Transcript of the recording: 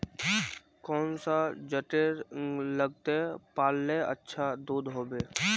कौन सा जतेर लगते पाल्ले अच्छा दूध होवे?